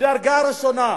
מדרגה ראשונה.